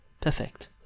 perfect